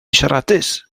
siaradus